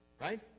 Right